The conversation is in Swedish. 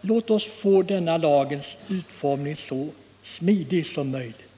Låt oss få utformningen av den här lagen så smidig som möjligt,